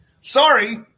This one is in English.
Sorry